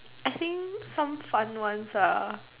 I think some fun ones are